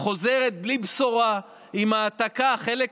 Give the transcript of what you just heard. היא חוזרת בלי בשורה, עם העתקה, חלק,